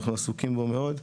אנחנו עסוקים בו מאוד.